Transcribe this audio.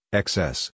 excess